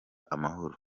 amahoro